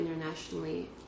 internationally